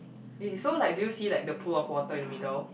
okay so like do you see like the pool of water in the middle